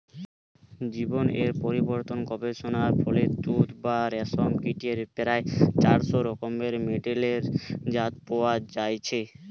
জীন এর পরিবর্তন গবেষণার ফলে তুত বা রেশম কীটের প্রায় চারশ রকমের মেডেলের জাত পয়া যাইছে